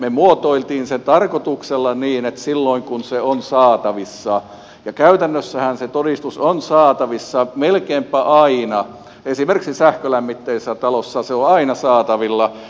me muotoilimme sen tarkoituksella niin että silloin kun se on saatavissa ja käytännössähän se todistus on saatavissa melkeinpä aina esimerkiksi sähkölämmitteisessä talossa se on aina saatavilla